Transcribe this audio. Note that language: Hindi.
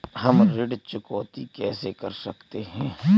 हम ऋण चुकौती कैसे कर सकते हैं?